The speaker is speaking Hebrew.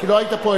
כי לא היית פה,